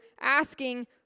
asking